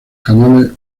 canales